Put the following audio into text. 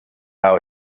how